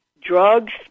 drugs